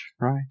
Right